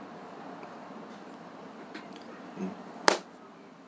mm